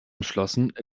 entschlossen